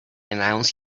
announce